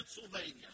Pennsylvania